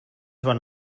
bon